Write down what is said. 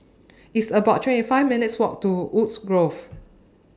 It's about twenty five minutes' Walk to Woodgrove